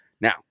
Now